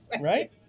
Right